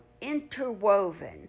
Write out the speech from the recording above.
interwoven